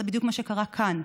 זה בדיוק מה שקרה כאן.